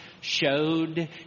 showed